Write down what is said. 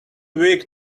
weak